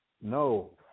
No